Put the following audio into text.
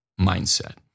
mindset